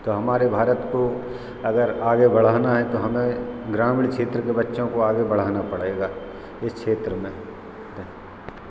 तो हमारे भारत को अगर आगे बढ़ाना है तो हमें ग्रामीण क्षेत्र के बच्चों को आगे बढ़ाना पड़ेगा इस क्षेत्र में धन्यवाद